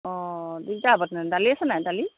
অঁ দিগদাৰ হ'ব তেনে দালি আছে নাই দালি